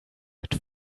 mit